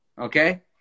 okay